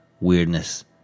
weirdness